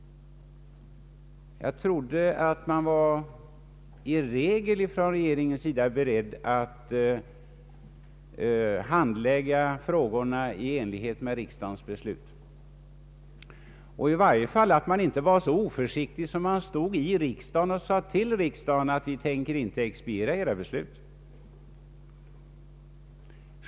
Jag trodde att regeringen i regel var beredd att handlägga frågorna i enlighet med riksdagens beslut. I varje fall trodde jag inte att en medlem av regeringen var så oförsiktig att han stod i riksdagen och sade till riksdagen att regeringen inte tänker expediera dess beslut.